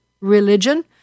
Religion